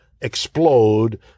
explode